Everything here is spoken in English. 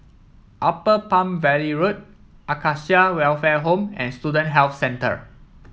Upper Palm Valley Road Acacia Welfare Home and Student Health Centre